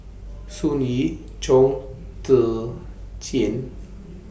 Sun Yee Chong Tze Chien